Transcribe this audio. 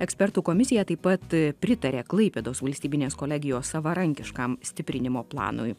ekspertų komisija taip pat pritarė klaipėdos valstybinės kolegijos savarankiškam stiprinimo planui